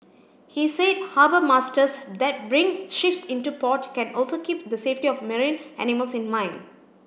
he said harbour masters that bring ships into port can also keep the safety of marine animals in mind